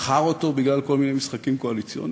מכר אותו בגלל כל מיני משחקים קואליציוניים?